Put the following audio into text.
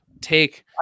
take